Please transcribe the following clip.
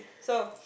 so